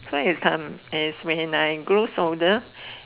so as time as when I grow older